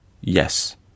yes